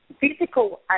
physical